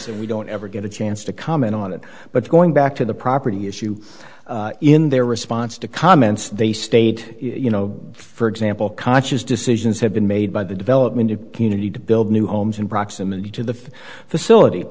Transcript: and we don't ever get a chance to comment on it but going back to the property issue in their response to comments they state you know for example conscious decisions have been made by the development of community to build new homes in proximity to the facility